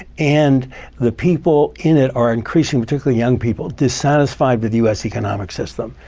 and the people in it are increasing, particularly young people, dissatisfied with the us economic system.